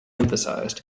emphasized